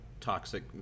toxic